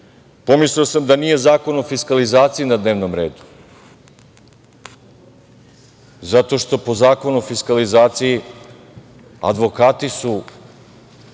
posao. Pomislio sam da nije Zakon o fiskalizaciji na dnevnom redu zato što po Zakonu o fiskalizaciji advokati su